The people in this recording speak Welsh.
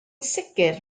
sicr